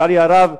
לצערי הרב,